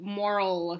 moral